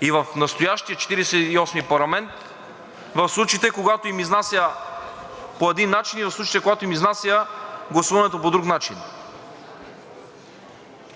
и осми парламент, в случаите, когато им изнася – по един начин, и в случаите, когато им изнася гласуването е по друг начин.